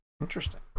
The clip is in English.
interesting